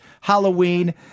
halloween